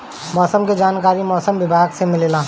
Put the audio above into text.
मौसम के जानकारी मौसम विभाग से मिलेला?